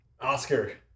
Oscar